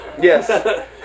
Yes